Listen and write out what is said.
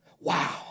Wow